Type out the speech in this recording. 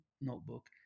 notebook